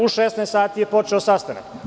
U 16 sati je počeo sastanak.